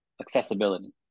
accessibility